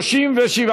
התשע"ה